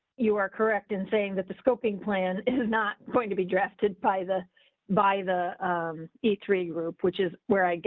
you are correct in saying that the scoping plan is not going to be drafted by the by the atria group, which is where i,